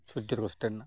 ᱥᱩᱨᱡᱚ ᱨᱮᱠᱚ ᱥᱮᱴᱮᱨᱮᱱᱟ